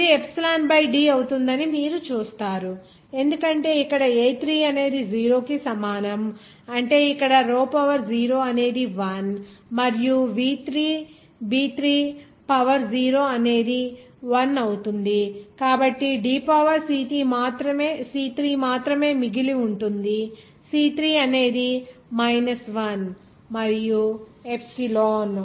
ఇది epsilon by D అవుతుందని మీరు చూస్తారు ఎందుకంటే ఇక్కడ a3 అనేది 0 కి సమానం అంటే ఇక్కడ రో పవర్ ౦ అనేది 1 మరియు v3 b 3 పవర్ 0 అనేది 1 అవుతుంది కాబట్టి D పవర్ c3 మాత్రమే మిగిలి ఉంటుంది c3 అనేది 1 మరియు ఎప్సిలాన్